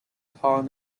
calling